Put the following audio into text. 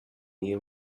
you